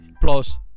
Plus